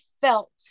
felt